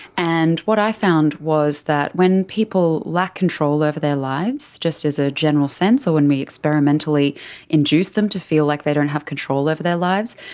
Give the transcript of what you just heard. and what i found was that when people lack of control over their lives, just as a general sense, so when we experimentally induce them to feel like they don't have control over their lives,